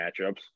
matchups